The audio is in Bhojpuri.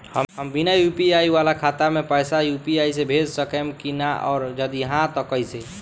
हम बिना यू.पी.आई वाला खाता मे पैसा यू.पी.आई से भेज सकेम की ना और जदि हाँ त कईसे?